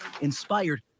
Inspired